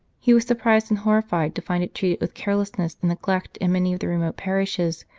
he was surprised and horrified to find it treated with carelessness and neglect in many of the remote parishes,